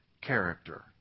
character